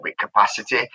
capacity